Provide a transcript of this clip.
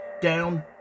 down